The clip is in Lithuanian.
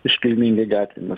iškilmingai gatvėmis